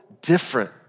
different